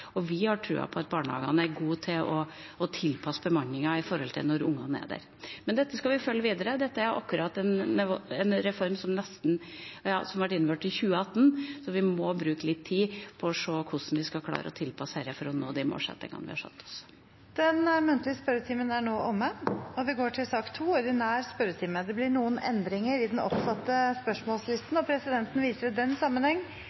Vi har trua på at barnehagene er gode til å tilpasse bemanningen i forhold til når ungene er der. Men dette skal vi følge videre. Dette er en reform som ble innført i 2018, så vi må bruke litt tid på å se på hvordan vi skal klare å tilpasse det for å nå de målsettingene vi har satt oss. Den muntlige spørretimen er omme. Det blir en endring i den oppsatte spørsmålslisten, og presidenten viser i den sammenheng til